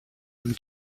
and